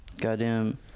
Goddamn